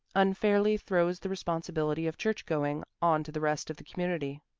unfairly throws the responsibility of church-going on to the rest of the community.